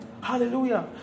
Hallelujah